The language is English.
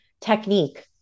technique